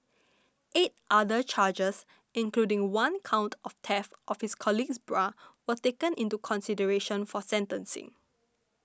eight other charges including one count of theft of his colleague's bra were taken into consideration for sentencing